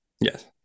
Yes